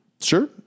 Sure